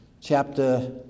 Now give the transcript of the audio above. chapter